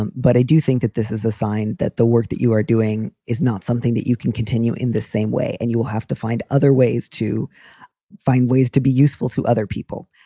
um but i do think that this is a sign that the work that you are doing is not something that you can continue in the same way. and you will have to find other ways to find ways to be useful to other people.